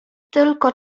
tylko